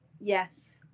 Yes